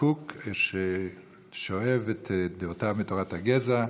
קוק שהוא שואב את דעותיו מתורת הגזע.